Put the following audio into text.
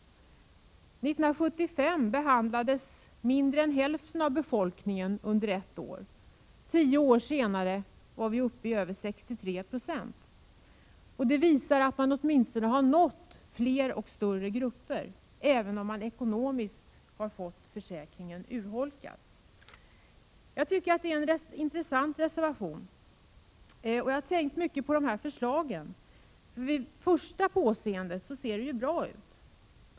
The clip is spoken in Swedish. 1975 behandlades mindre än hälften av befolkningen under ett år. Tio år senare behandlades över 63 96 av befolkningen. Det visar att man åtminstone har nått fler och större grupper, även om försäkringen ekonomiskt har urholkats. Jag tycker att detta är en rätt intressant reservation. Jag har tänkt mycket på förslagen. Vid första påseendet ser de ju bra ut.